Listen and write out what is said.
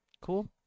Cool